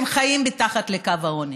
שחיים מתחת לקו העוני.